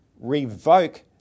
revoke